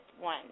one